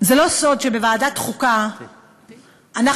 זה לא סוד שבוועדת חוקה אנחנו,